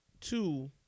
two